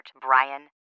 Brian